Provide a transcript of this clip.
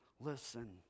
Listen